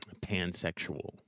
pansexual